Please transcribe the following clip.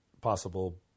possible